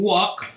Walk